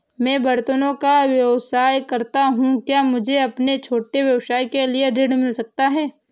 मैं बर्तनों का व्यवसाय करता हूँ क्या मुझे अपने छोटे व्यवसाय के लिए ऋण मिल सकता है?